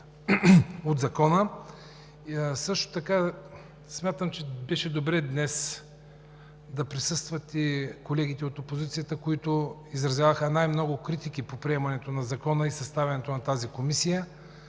от Закона. Смятам, че беше добре днес да присъстват и колегите от опозицията, които изразяваха най-много критики по приемането на Закона и съставянето на тази комисия,